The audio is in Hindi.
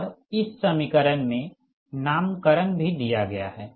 और इस समीकरण में नाम करण भी दिया गया है